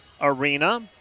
Arena